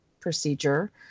Procedure